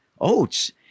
oats